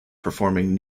performing